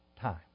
time